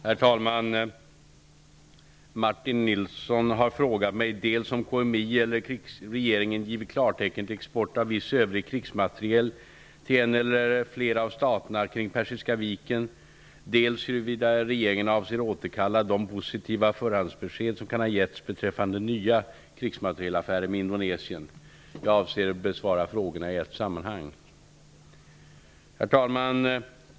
Herr talman! Martin Nilsson har frågat mig dels om KMI eller regeringen givit klartecken till export av viss övrig krigsmateriel till en eller flera av staterna kring Persiska viken, dels huruvida regeringen avser återkalla de positiva förhandsbesked som kan ha getts beträffande nya krigsmaterielaffärer med Indonesien. Jag avser besvara frågorna gemensamt. Herr talman!